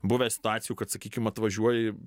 buvę situacijų kad sakykim atvažiuoji